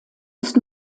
ist